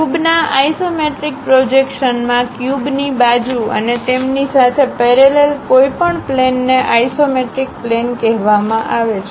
ક્યુબના isometric પ્રોજેક્શનમાં ક્યુબની બાજુ અને તેમની સાથે પેરેલલ કોઈપણ પ્લેન ને આઇસોમેટ્રિક પ્લેન કહેવામાં આવે છે